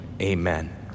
Amen